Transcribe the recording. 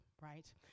right